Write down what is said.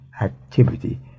activity